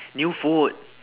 new food